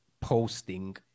posting